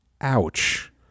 Ouch